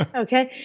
and okay?